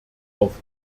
auf